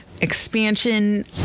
expansion